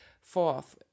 Fourth